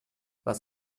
was